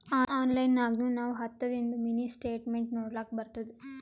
online ನಾಗ್ನು ನಾವ್ ಹತ್ತದಿಂದು ಮಿನಿ ಸ್ಟೇಟ್ಮೆಂಟ್ ನೋಡ್ಲಕ್ ಬರ್ತುದ